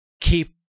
keep